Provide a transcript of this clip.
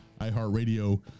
iHeartRadio